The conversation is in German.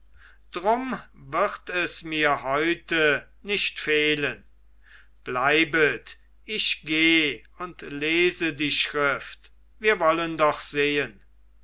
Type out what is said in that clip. drum wird es mir heute nicht fehlen bleibet ich geh und lese die schrift wir wollen doch sehen